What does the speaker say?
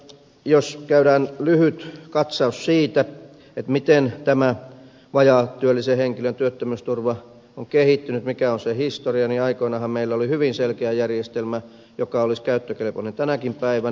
jos katsotaan lyhyesti sitä miten tämä vajaatyöllisen henkilön työttömyysturva on kehittynyt mikä on sen historia niin aikoinaanhan meillä oli hyvin selkeä järjestelmä joka olisi käyttökelpoinen tänäkin päivänä